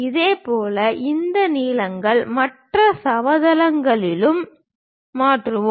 இதேபோல் இந்த நீளங்களை மற்ற சமதளங்களிலும் மாற்றுவோம்